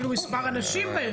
אפילו מספר הנשים בארגון.